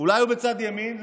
אולי הוא בצד ימין?